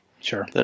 Sure